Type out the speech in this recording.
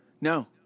no